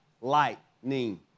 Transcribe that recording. lightning